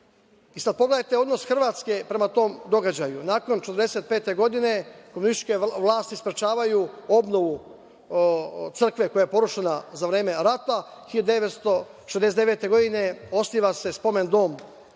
Glini. Pogledajte sad odnos Hrvatske prema tom događaju. Nakon 1945. godine, komunističke vlasti sprečavaju obnovu crkve koja je porušena za vreme rata, 1969. godine osniva se Spomen dom posvećen